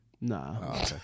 Nah